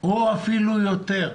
או אפילו יותר.